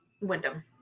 Wyndham